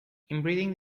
inbreeding